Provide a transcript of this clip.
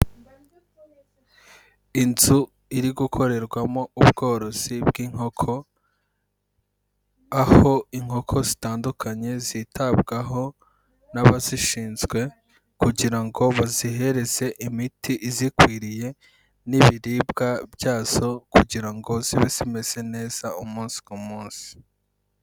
Inzu iri gukorerwamo ubworozi bw'inkoko, aho inkoko zitandukanye zitabwaho n'abazishinzwe, kugira ngo bazihereze imiti izikwiriye n'ibiribwa byazo, kugira ngo zibe zimeze neza umunsi ku munsi.